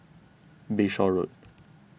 Bayshore Road